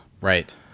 Right